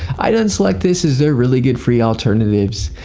i'd unselect this as there are really good free alternatives.